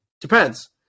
Depends